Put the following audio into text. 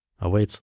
awaits